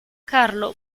carlo